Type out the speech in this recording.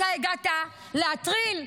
אתה הגעת להטריל.